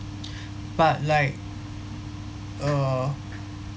but like uh